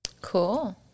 cool